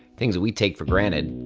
things that we take for granted,